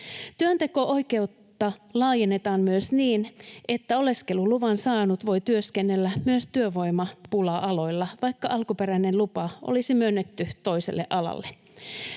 Työnteko-oikeutta laajennetaan myös niin, että oleskeluluvan saanut voi työskennellä myös työvoimapula-aloilla, vaikka alkuperäinen lupa olisi myönnetty toiselle alalle.